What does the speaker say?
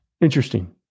Interesting